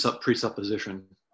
presupposition